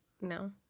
no